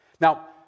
Now